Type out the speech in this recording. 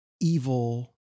evil